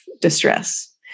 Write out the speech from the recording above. distress